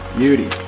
beauty.